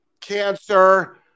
cancer